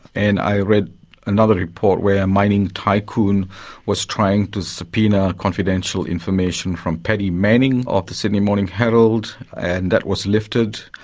and i read another report where a mining tycoon was trying to subpoena confidential information from paddy manning of the sydney morning herald, and that was lifted.